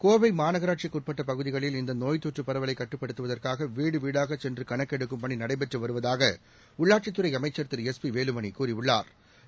கோவைமாநகராட்சிக்குஉட்பட்டபகுதிகளில் இந்தநோய் தொற்றுபரவலைகட்டுப்படுத்துவதற்காகவீடுவீடாகச் சென்றுகணக்கெடுக்கும் பணிநடைபெற்றுவருவதாகஉள்ளாட்சித்துறைஅமைச்ச் திரு எஸ் பிவேலுமணிகூறியுள்ளாா்